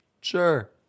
Sure